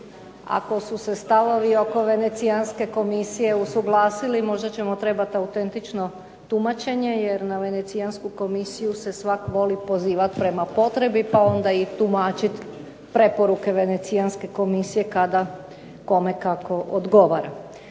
Ako su se stavovi oko Venecijanske komisije usuglasili možda ćemo trebati autentično tumačenje, jer na Venecijansku komisiju se svako voli pozivati prema potrebi pa onda i tumačiti preporuke Venecijanske komisije kome kako odgovara.